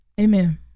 Amen